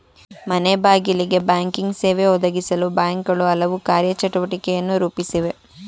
ಮನೆಬಾಗಿಲಿಗೆ ಬ್ಯಾಂಕಿಂಗ್ ಸೇವೆ ಒದಗಿಸಲು ಬ್ಯಾಂಕ್ಗಳು ಹಲವು ಕಾರ್ಯ ಚಟುವಟಿಕೆಯನ್ನು ರೂಪಿಸಿವೆ